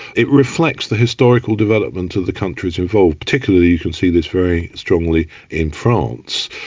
it reflects the historical development of the countries involved, particularly you can see this very strongly in france.